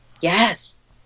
Yes